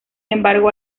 embargo